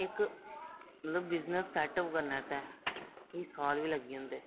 ते इक मतलब बिजनेस सैट्टअप करने आस्तै केईं साल बी लग्गी जंदे